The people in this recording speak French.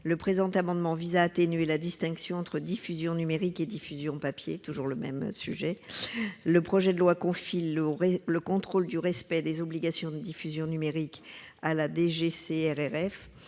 le présent amendement vise à atténuer la distinction entre diffusion numérique et diffusion papier. Le projet de loi confie le contrôle du respect des obligations de diffusion numérique à la DGCCRF,